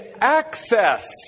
access